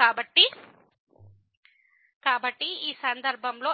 కాబట్టి ఈ రెండింటిలో